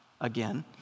again